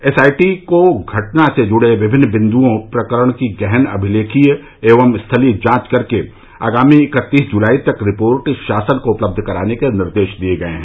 SIT को घटना से जुड़े विभिन्न बिन्दुओं प्रकरण की गहन अभिलेखीय एवं स्थलीय जांच करके आगामी इकत्तीस जुलाई तक रिपोर्ट शासन को उपलब्ध कराने के निर्देश दिये गये हैं